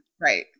Right